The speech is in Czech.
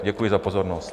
Děkuji za pozornost.